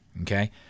Okay